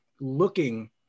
looking